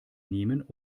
nehmen